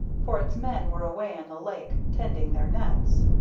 for its men were away on the lake tending their nets.